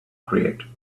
create